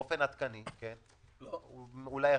זאת טעות, אדוני.